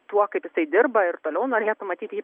tuo kaip jisai dirba ir toliau norėtų matyti jį